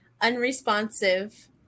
Unresponsive